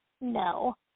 No